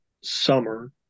summer